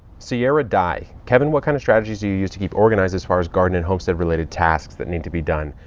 cierra dai kevin, what kind of strategies do you use to keep organized as far as garden and homestead related tasks that need to be done?